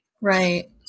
right